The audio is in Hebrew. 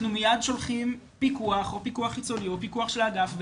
אנחנו מיד שולחים פיקוח או חיצוני או פיקוח של האגף.